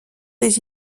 des